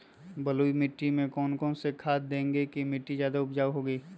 बलुई मिट्टी में कौन कौन से खाद देगें की मिट्टी ज्यादा उपजाऊ होगी?